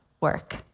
work